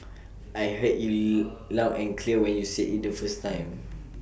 I heard you loud and clear when you said IT the first time